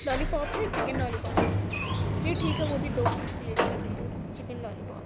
lovely پاپ ہے chicken lollipop جی ٹھیک ہے وہ بھی دو فل پلیٹ کر دیجیے چکن لولی پاپ